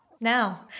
Now